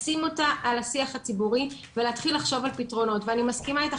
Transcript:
לשים אותה על השיח הציבורי ולהתחיל לחשוב על פתרונות ואני מסכימה איתך,